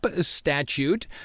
statute